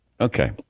Okay